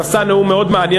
נשא נאום מאוד מעניין,